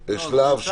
באיזשהו שלב,